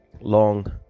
long